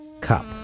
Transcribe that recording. Cup